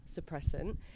suppressant